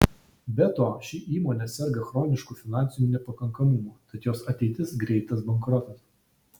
be to ši įmonė serga chronišku finansiniu nepakankamumu tad jos ateitis greitas bankrotas